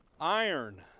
Iron